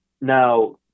Now